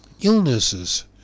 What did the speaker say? illnesses